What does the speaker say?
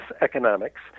economics